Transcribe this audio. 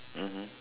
mmhmm